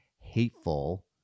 hateful